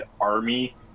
army